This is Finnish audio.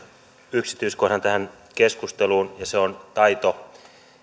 yksityiskohdan tähän keskusteluun ja se on taito